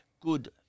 good